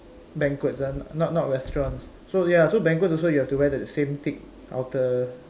banquets ah not not restaurants so ya ya banquets also you have to wear the same thick outer